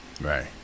right